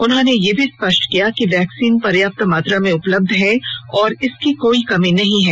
उन्होंने यह भी स्पष्ट किया कि वैक्सीन पर्याप्त मात्रा में उपलब्ध है और इनकी कोई कमी नहीं है